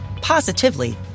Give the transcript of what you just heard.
positively